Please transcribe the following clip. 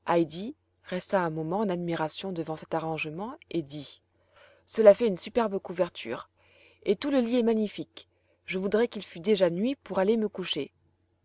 reste un moment en admiration devant cet arrangement et dit cela fait une superbe couverture et tout lit est magnifique je voudrais qu'il fait déjà nuit pour aller me coucher